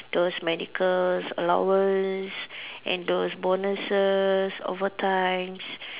those medical allowance and those bonuses overtime